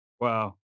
Wow